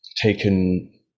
taken